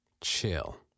chill